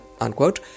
unquote